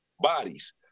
bodies